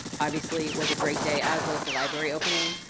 obviously, was a great day, as was the library opening.